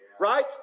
Right